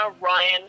Ryan